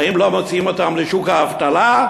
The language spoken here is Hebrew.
האם לא מוציאים אותם לשוק האבטלה?